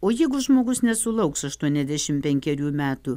o jeigu žmogus nesulauks aštuoniasdešim penkerių metų